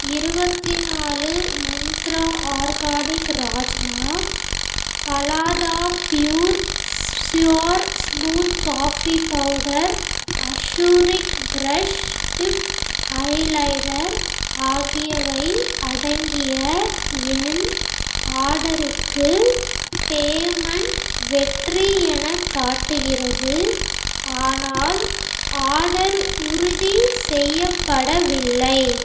இருபத்தி நாலு மந்த்ரா ஆர்கானிக் ராஜ்மா பலாதா pure sure smooth coffee powder அசூரிக் பிரஷ் டிப் ஐலைனர் ஆகியவை அடங்கிய என் ஆர்டருக்கு பேமெண்ட் வெற்றி எனக் காட்டுகிறது ஆனால் ஆர்டர் உறுதி செய்யப்படவில்லை